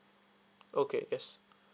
okay yes